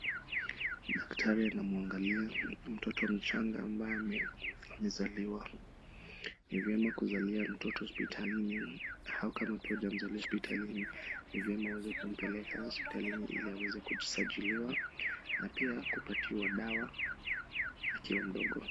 Daktari anamwangalia mtoto mchanga ambaye amezaliwa. Ni vyema kuzalia mtoto hospitalini, au kama pia hujamzalia hospitalini, ni vyema uweze kumpeleka hospitalini ili aweze kusajiliwa na pia kupatiwa dawa akiwa mdogo.